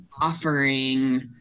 offering